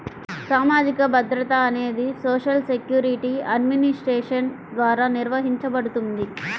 సామాజిక భద్రత అనేది సోషల్ సెక్యూరిటీ అడ్మినిస్ట్రేషన్ ద్వారా నిర్వహించబడుతుంది